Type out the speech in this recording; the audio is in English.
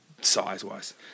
size-wise